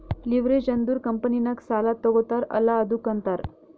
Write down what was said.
leverage ಅಂದುರ್ ಕಂಪನಿನಾಗ್ ಸಾಲಾ ತಗೋತಾರ್ ಅಲ್ಲಾ ಅದ್ದುಕ ಅಂತಾರ್